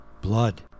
Blood